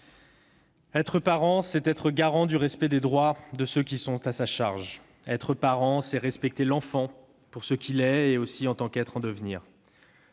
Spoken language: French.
Être parent, c'est être garant du respect des droits de ceux qui sont à sa charge. Être parent, c'est respecter l'enfant pour ce qu'il est, et aussi en tant qu'être en devenir.